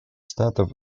штатов